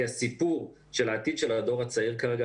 הסיפור של העתיד של הדור הצעיר כרגע,